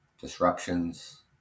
disruptions